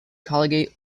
collegiate